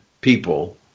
people